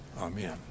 Amen